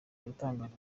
yatangaje